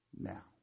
now